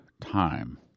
time